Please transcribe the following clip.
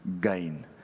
gain